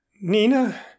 Nina